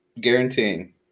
guaranteeing